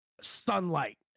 sunlight